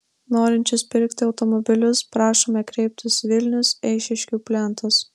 norinčius pirkti automobilius prašome kreiptis vilnius eišiškių plentas